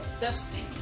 destiny